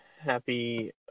happy